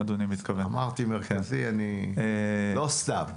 נכון, אמרתי מרכזי, לא סתם.